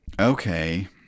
Okay